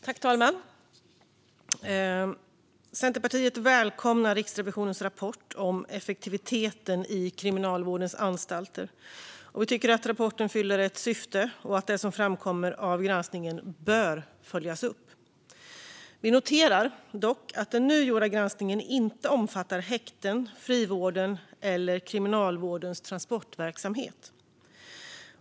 Fru talman! Centerpartiet välkomnar Riksrevisionens rapport om effektiviteten i Kriminalvårdens anstalter. Vi tycker att rapporten fyller ett syfte och att det som framkommer av granskningen bör följas upp. Vi noterar dock att den nu gjorda granskningen inte omfattar häkten, frivården eller Kriminalvårdens transportverksamhet.